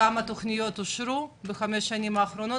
כמה תוכניות אושרו בחמש השנים האחרונות?